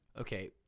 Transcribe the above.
okay